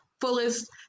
fullest